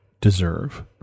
deserve